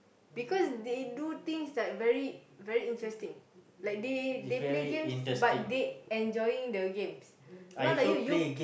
because they do things like very very interesting like they they play games but they enjoying the games not like you you